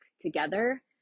together